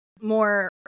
more